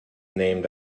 named